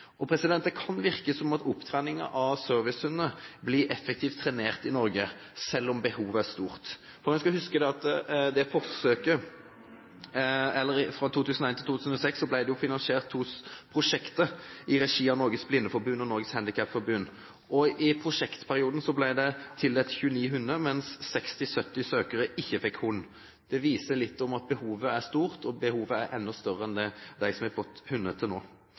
Det kan virke som om opptrening av servicehunder blir effektivt trenert i Norge, selv om behovet er stort. For en skal huske at fra 2001 til 2006 ble det finansiert to prosjekter i regi av Norges Blindeforbund og Norges Handikapforbund. I prosjektperioden ble det tildelt 29 hunder, mens 60–70 søkere ikke fikk hund. Det viser litt om at behovet er stort, og behovet er enda større – utover de som til nå har fått